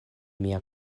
mia